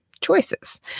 choices